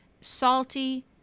salty